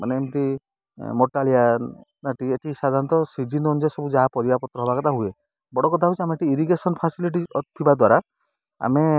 ମାନେ ଏମିତି ମୋଟାଳିଆ ନା ଟିକେ ଏଇଠି ସାଧାରଣତଃ ସିଜିନ୍ ଅନୁଯାୟୀ ସବୁ ଯାହା ପରିବାପତ୍ର ହବା କଥା ହୁଏ ବଡ଼ କଥା ହଉଛି ଆମେ ଏଇଠି ଇରିଗେଶନ ଫ୍ୟାସିଲିଟି ଥିବା ଦ୍ୱାରା ଆମେ